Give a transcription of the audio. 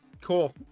cool